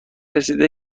رسیده